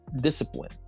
discipline